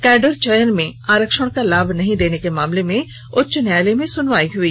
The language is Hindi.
कैडर चयन में आरक्षण को लाभ नहीं देने के मामले में उच्च न्यायालय में सुनवाई हुई